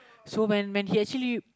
so when when he actually